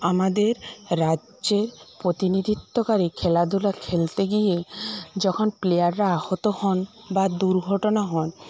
আমাদের রাজ্যে প্রতিনিধিত্ব করে খেলাধুলা খেলতে গিয়ে যখন প্লেয়াররা আহত হন বা দুর্ঘটনা হয়